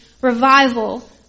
revival